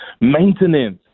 maintenance